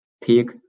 take